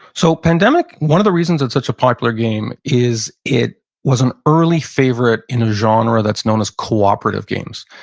so pandemic, one of the reasons it such a popular game is it was an early favorite in a genre genre that's known as cooperative games.